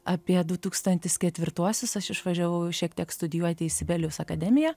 apie du tūkstantis ketvirtuosius aš išvažiavau šiek tiek studijuoti į sibelijaus akademiją